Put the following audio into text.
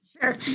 Sure